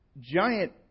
giant